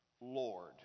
Lord